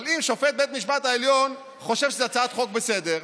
אבל אם שופט בית המשפט העליון חושב שזו הצעת חוק בסדר,